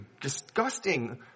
disgusting